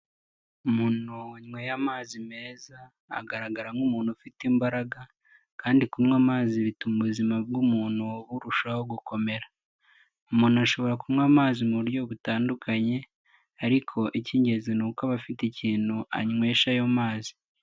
Umuntu wanyweye amazi meza agaragara nk'umuntu ufite imbaraga kandi kunywa amazi bituma ubuzima bw'umuntu burushaho gukomera, umuntu ashobora kunywa amazi mu buryo butandukanye ariko icy'ingenzi ni uko aba afite ikintu anywesha ayo mazi.